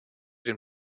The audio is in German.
den